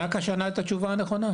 נקש ענה את התשובה הנכונה.